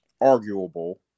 arguable